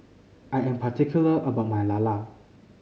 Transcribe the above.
I am particular about my Lala